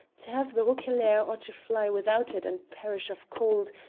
to have the roquelaire or to fly without it and perish of cold,